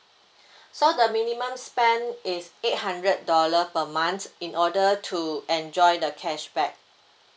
so the minimum spend is eight hundred dollar per month in order to enjoy the cashback